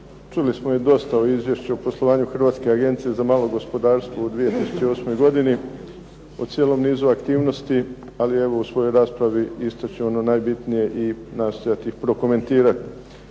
Čuli smo već dosta u izvješću o poslovanju Hrvatske agencije za malo gospodarstvo u 2008. godini, o cijelom nizu aktivnosti, ali evo u svojoj raspravi istaći ću ono najbitnije i nastojati ih prokomentirati.